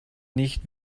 nicht